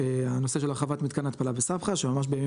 הנושא של הרחבת מתקן התפלה בסבחה שממש בימים